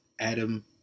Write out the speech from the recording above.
Adam